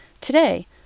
Today